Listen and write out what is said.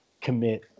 commit